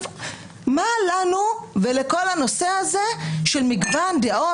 מה לנו ולכל הנושא הזה של מגוון דעות?